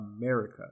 America